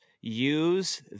use